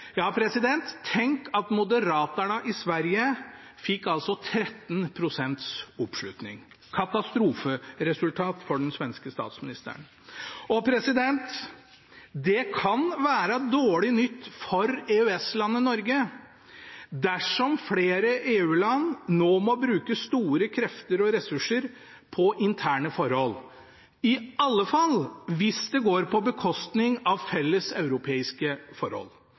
Tenk at Moderaterna i Sverige fikk 13 pst. oppslutning – et katastroferesultat for den svenske statsministeren. Det kan være dårlig nytt for EØS-landet Norge dersom flere EU-land nå må bruke store krefter og ressurser på interne forhold, i alle fall hvis det går på bekostning av felles europeiske forhold.